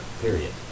period